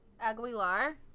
aguilar